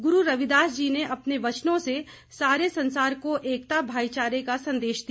गुरु रविदास जी ने अपने वचनों से सारे संसार को एकता भाईचारे का संदेश दिया